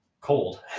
cold